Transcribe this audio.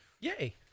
Yay